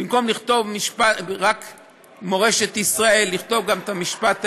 במקום לכתוב רק "מורשת ישראל" לכתוב גם את המשפט העברי.